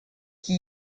qui